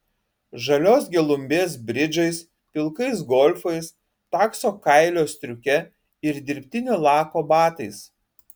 žalios gelumbės bridžais pilkais golfais takso kailio striuke ir dirbtinio lako batais